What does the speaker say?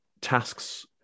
tasks